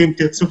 ואם תרצו,